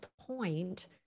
point